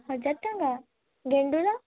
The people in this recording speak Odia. ହଜାରେ ଟଙ୍କା ଗେଣ୍ଡୁର